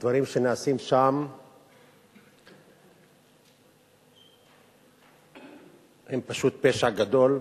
הדברים שנעשים שם הם פשוט פשע גדול.